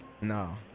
No